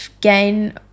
gain